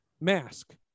mask